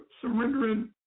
surrendering